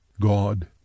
God